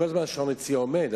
השעון אצלי כל הזמן עומד,